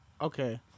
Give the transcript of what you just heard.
okay